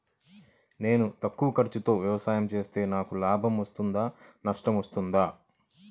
నేను తక్కువ ఖర్చుతో వ్యవసాయం చేస్తే నాకు లాభం వస్తుందా నష్టం వస్తుందా?